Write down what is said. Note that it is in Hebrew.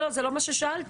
זה לא מה ששאלתי.